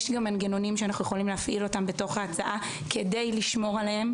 יש גם מנגנונים שאנחנו יכולים להפעיל בתוך ההצעה כדי לשמור עליהם.